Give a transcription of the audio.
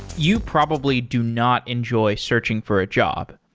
you probably do not enjoy searching for a job.